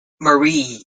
marie